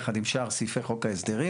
יחד עם שאר סעיפי חוק ההסדרים.